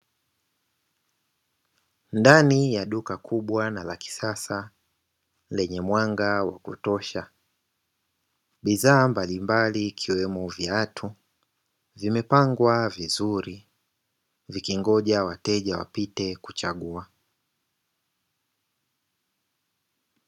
Ndani ya duka kubwa na la kisasa lenye mwanga wa kutosha, bidhaa mbalimbali ikiwemo viatu vimepangwa vizuri vikingoja wateja wapite kuchagua.